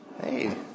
Hey